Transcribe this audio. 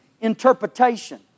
interpretation